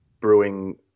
brewing